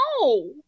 no